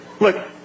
look